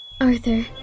Arthur